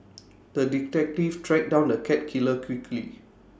the detective track down the cat killer quickly